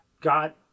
God